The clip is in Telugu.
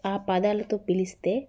ఆ పదాలతో పిలిస్తే